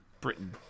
Britain